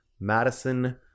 Madison